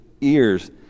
ears